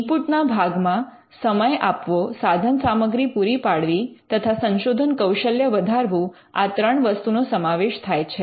input ના ભાગમાં સમય આપવો સાધન સામગ્રી પૂરી પાડવી તથા સંશોધન કૌશલ્ય વધારવું આ ત્રણ વસ્તુ નો સમાવેશ થાય છે